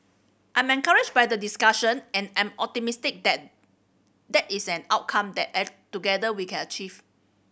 I'm encouraged by the discussion and I am optimistic that that is an outcome that together we can achieve